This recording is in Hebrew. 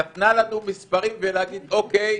היא נתנה לנו מספרים כדי להגיד: אוקיי,